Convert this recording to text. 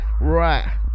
right